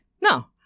no